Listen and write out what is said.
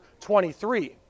23